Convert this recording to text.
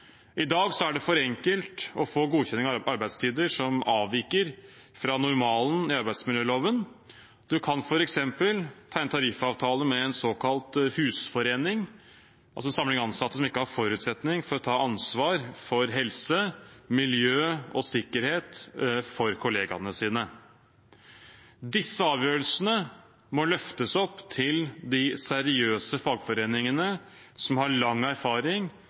I dag er det for enkelt å få godkjenning av arbeidstider som avviker fra normalen i arbeidsmiljøloven. Man kan f.eks. tegne en tariffavtale med en såkalt husforening – altså en samling ansatte som ikke har forutsetning for å ta ansvar for helse, miljø og sikkerhet for kollegaene sine. Disse avgjørelsene må løftes opp til de seriøse fagforeningene som har lang erfaring